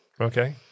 Okay